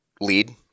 lead